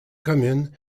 communes